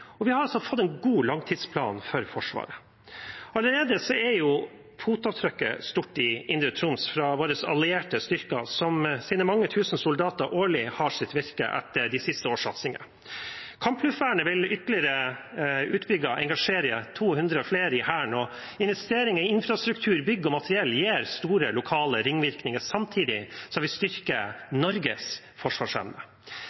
Vi har altså fått en god langtidsplan for Forsvaret. Allerede er fotavtrykket stort i Indre Troms fra våre allierte styrker, som med sine mange tusen soldater årlig har sitt virke etter de siste års satsinger. Kampluftvernet vil ytterligere engasjere 200 flere i Hæren, og investeringer i infrastruktur, bygg og materiell gir store lokale ringvirkninger, samtidig som vi